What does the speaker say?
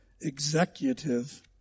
executive